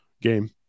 game